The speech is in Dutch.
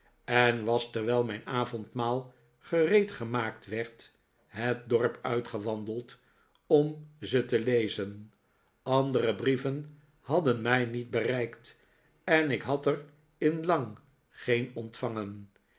en was terwijl mijn avondmaal gereed gemaakt werd het dorp uitgewandeld om ze te lezen andere brieven hadden mij niet bereikt en ik had er in lang geen ontvangen